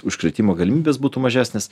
užkrėtimo galimybės būtų mažesnės